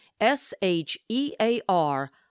S-H-E-A-R